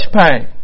pain